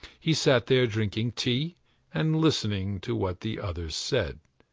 he sat there drinking tea and listening to what the others said,